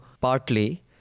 partly